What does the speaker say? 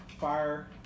fire